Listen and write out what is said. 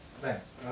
Thanks